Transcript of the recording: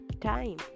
time